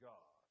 God